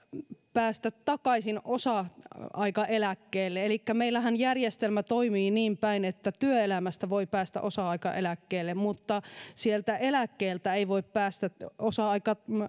päästä takaisin osa aikaeläkkeelle elikkä meillähän järjestelmä toimii niin päin että työelämästä voi päästä osa aikaeläkkeelle mutta sieltä eläkkeeltä ei voi päästä